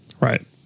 Right